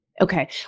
Okay